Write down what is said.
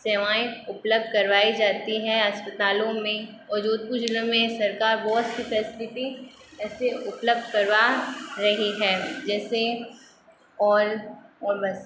सेवाएँ उपलब्ध करवाई जाती हैं अस्पतालों में और जोधपुर जिलों में सरकार बहुत सी फैसलिटी ऐसे उपलब्ध करवा रही है जैसे और और बस